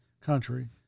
country